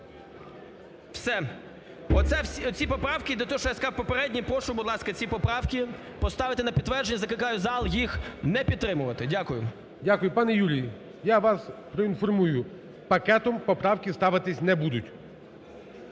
Все. Оце ці поправки і ті, що я сказав попередні, прошу, будь ласка, ці поправки поставити на підтвердження, закликаю зал їх не підтримувати. Дякую. ГОЛОВУЮЧИЙ. Дякую. Пане Юрій, я вас проінформую: пакетом поправки ставитись не будуть.